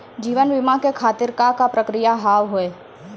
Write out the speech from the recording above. जीवन बीमा के खातिर का का प्रक्रिया हाव हाय?